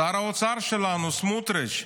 שר האוצר שלנו סמוטריץ'.